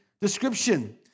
description